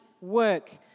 work